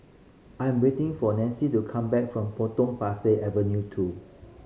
I'm waiting for Nancy to come back from Potong Avenue two